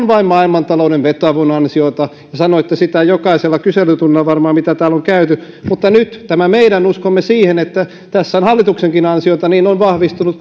vain maailmantalouden vetoavun ansiota ja sanoitte sitä varmaan jokaisella kyselytunnilla mitä täällä on käyty mutta nyt tämä meidän uskomme siihen että tässä on hallituksenkin ansiota on vahvistunut